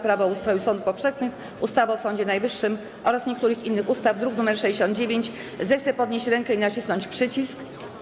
Prawo o ustroju sądów powszechnych, ustawy o Sądzie Najwyższym oraz niektórych innych ustaw, druk nr 69, zechce podnieść rękę i nacisnąć przycisk.